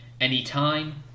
anytime